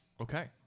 Okay